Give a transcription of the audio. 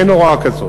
אין הוראה כזאת.